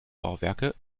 bauwerke